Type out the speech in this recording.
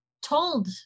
told